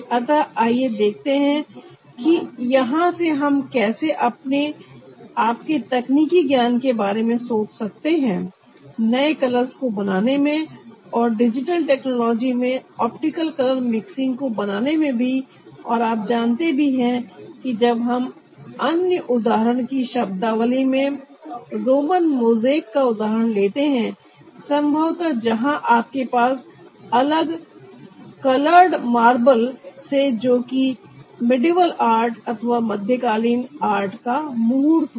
अतः आइए देखते हैं कि यहां से हम कैसे आपके तकनीकी ज्ञान के बारे में सोच सकते हैं नए कलर्स को बनाने में और डिजिटल टेक्नोलॉजी में ऑप्टिकल कलर मिक्सिंग को बनाने में भी और आप जानते भी हैं कि जब हम अन्य उदाहरण की शब्दावली में रोमन मोजेक का उदाहरण लेते हैं संभवत जहां आपके पास अलग कलर्ड मार्वल से जो कि मेडाइवाल आर्ट अथवा मध्यकालीन आर्ट का मुहूर्त हो